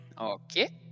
Okay